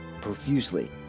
profusely